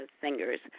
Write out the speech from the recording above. singers